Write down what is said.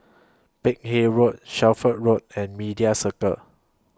Peck Hay Road Shelford Road and Media Circle